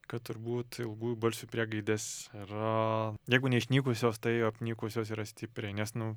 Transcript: kad turbūt ilgųjų balsių priegaidės yra jeigu ne išnykusios tai apnykusios yra stipriai nes nu